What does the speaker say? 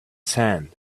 sand